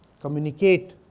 communicate